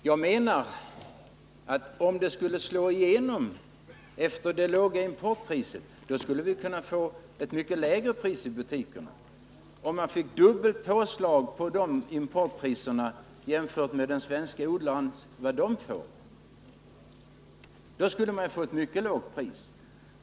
Fru talman! Jag menar att om det låga importpriset slog igenom, skulle vi kunna få mycket lägre priser i butikerna. Om man fick dubbelt påslag på importpriserna jämfört med vad de svenska odlarna får, skulle man få mycket låga priser.